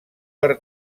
per